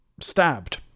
stabbed